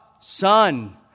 son